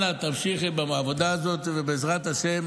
אנא תמשיכי בעבודה הזאת, ובעזרת השם